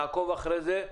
נעקוב אחרי זה.